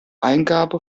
eingabe